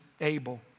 able